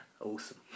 awesome